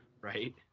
Right